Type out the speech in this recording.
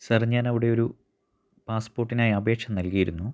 sir ഞാൻ അവിടെയൊരു പാസ്പോർട്ടിനായി അപേക്ഷ നൽകിയിരുന്നു